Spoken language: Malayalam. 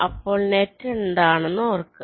അപ്പോൾ നെറ്റ് എന്താണെന്ന് ഓർക്കുക